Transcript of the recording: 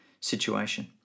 situation